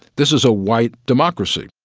this is a white democracy.